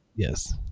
Yes